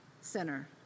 center